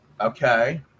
Okay